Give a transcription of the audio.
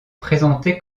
présenté